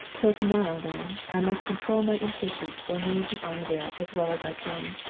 till to-morrow, then, i must control my impatience for news of armadale as well as i can.